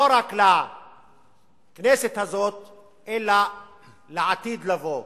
לא רק לכנסת הזאת אלא לעתיד לבוא,